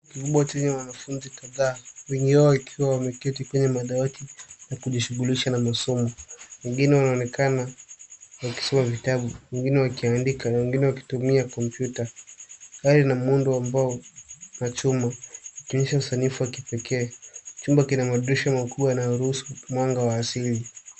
...kikubwa chenye wanafunzi kadhaa wengine wakiwa wameketi kwenye madawati na kujishughulisha na masomo, wengine wanaonakena wakisoma vitabu, wengine wakiandika na wengine wakitumia kompyuta. Taa ina muundo wa mbao na chuma ikionyesha usanifu wa kipekee. Chumba kina madirisha makubwa yanayoruhusu mwanga wa asili.